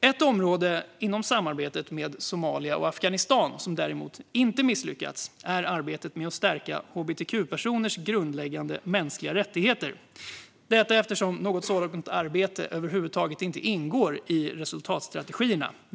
Ett område inom samarbetet med Somalia och Afghanistan som däremot inte har misslyckats är arbetet med att stärka hbtq-personers grundläggande mänskliga rättigheter, detta eftersom något sådant arbete över huvud taget inte ingår i resultatstrategierna.